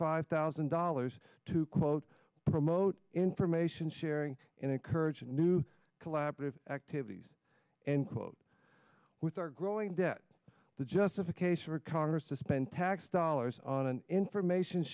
five thousand dollars to quote promote information sharing and encourage new collaborative activities and quote with our growing debt the justification for congress to spend tax dollars on an information